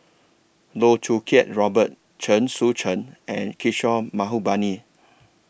Loh Choo Kiat Robert Chen Sucheng and Kishore Mahbubani